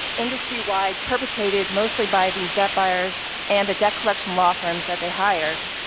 industry-wide, perpetrated mostly by these debt buyers and the debt collection law firms that they hire.